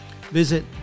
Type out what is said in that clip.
Visit